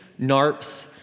NARPs